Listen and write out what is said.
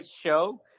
show